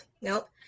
Nope